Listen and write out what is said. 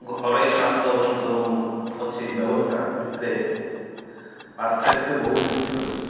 ଘରୋଇ ସ୍ୱାସ୍ଥ୍ୟ ଅବ ଅଛି ବ୍ୟବସ୍ଥା ଭିତରେ ପାର୍ଥକ୍ୟ ବହୁତ କିଛି ଅଛି